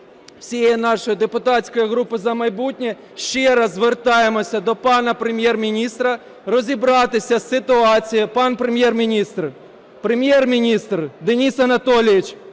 всієї нашої депутатської групи "За майбутнє" ще раз звертаємося до пана Прем'єр-міністра розібратися з ситуацією. Пане Прем'єр-міністр! Прем'єр-міністр! Денис Анатолійович,